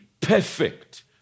perfect